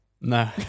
no